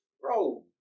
bro